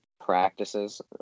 practices